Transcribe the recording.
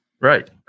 Right